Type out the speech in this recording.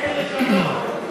אין לשנות.